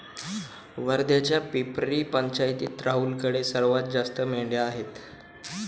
वर्ध्याच्या पिपरी पंचायतीत राहुलकडे सर्वात जास्त मेंढ्या आहेत